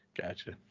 Gotcha